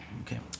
Okay